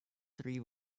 three